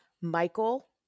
Michael